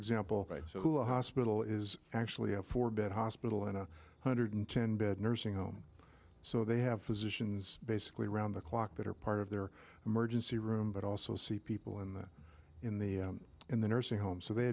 example a hospital is actually a four bed hospital and a hundred ten bed nursing home so they have physicians basically around the clock that are part of their emergency room but also see people in the in the in the nursing home so they